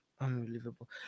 unbelievable